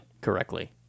correctly